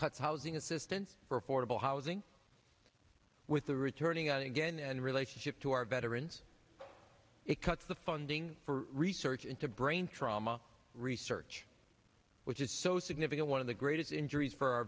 cuts housing assistance for affordable housing with the returning again and relationship to our veterans it cuts the funding for research into brain trauma research which is so significant one of the greatest injuries for our